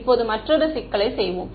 இப்போது மற்றொரு சிக்கலை செய்வோம்